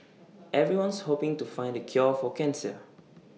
everyone's hoping to find the cure for cancer